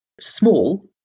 small